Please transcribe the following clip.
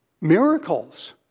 Miracles